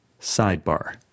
Sidebar